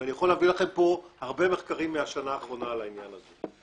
ואני יכול להביא לכם פה הרבה מחקרים מהשנה האחרונה על העניין הזה.